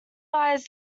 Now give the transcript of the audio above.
buys